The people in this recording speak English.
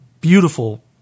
beautiful